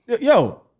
Yo